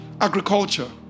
Agriculture